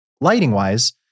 lighting-wise